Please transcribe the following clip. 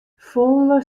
folle